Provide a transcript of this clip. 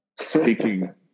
speaking